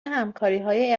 همکاریهای